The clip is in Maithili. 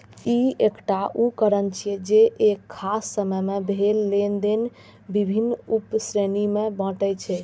ई एकटा उकरण छियै, जे एक खास समय मे भेल लेनेदेन विभिन्न उप श्रेणी मे बांटै छै